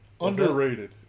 Underrated